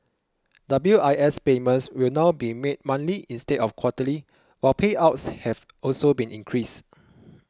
W I S payments will now be made monthly instead of quarterly while payouts have also been increased